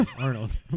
Arnold